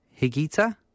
Higita